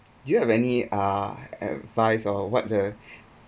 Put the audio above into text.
do you have any uh advice or what the